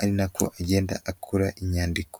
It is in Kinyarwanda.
ari na ko agenda akora inyandiko.